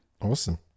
awesome